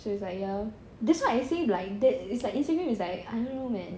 so it's like ya lor that's why I say like that instagram is like I don't know man